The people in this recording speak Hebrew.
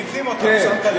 מעיפים אותם, שמת לב.